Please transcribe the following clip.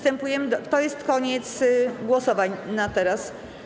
To jest koniec głosowań na teraz.